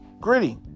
Gritty